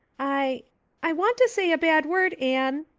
i i want to say a bad word, anne,